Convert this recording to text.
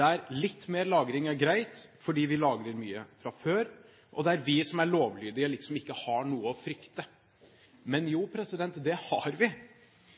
der litt mer lagring er greit fordi vi lagrer mye fra før, og der vi som er lovlydige, liksom ikke har noe å frykte. Men jo, det har vi.